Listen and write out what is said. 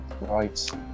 right